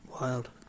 wild